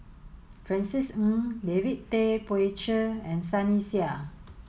Francis Ng David Tay Poey Cher and Sunny Sia